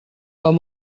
tom